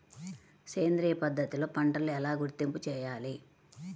సేంద్రియ పద్ధతిలో పంటలు ఎలా గుర్తింపు చేయాలి?